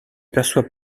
perçoit